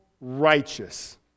righteous